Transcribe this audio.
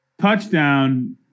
Touchdown